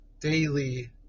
daily